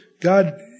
God